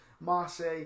Marseille